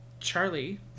charlie